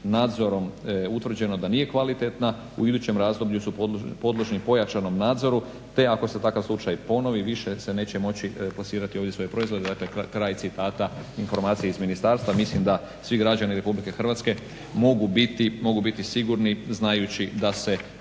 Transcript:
nadzorom utvrđeno da nije kvalitetna u idućem razdoblju su podložni pojačanom nadzoru te ako se takav slučaj ponovi više se neće moći plasirati ovdje svoje proizvode. Dakle, kraj citata, informacije iz ministarstva. Mislim da svi građani RH mogu biti sigurni znajući da se